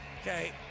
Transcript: Okay